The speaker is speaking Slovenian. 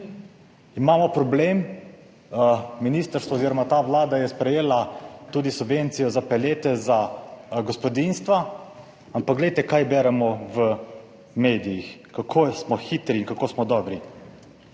Imamo problem. Ministrstvo oziroma vlada je sprejela tudi subvencijo za pelete za gospodinjstva, ampak glejte, kaj beremo v medijih, kako smo hitri in kako smo dobri.